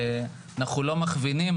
אנחנו לא מכווינים,